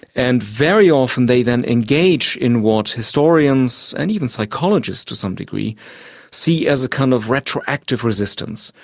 and very often they then engage in what historians and even psychologists to some degree see as a kind of retroactive resistance.